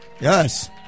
Yes